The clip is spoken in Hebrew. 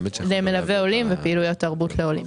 למלווי עולים ולפעילויות תרבות לעולים.